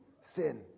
Sin